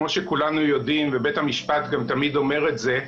כמו שכולנו יודעים ובית המשפט גם תמיד אומר את זה,